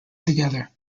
together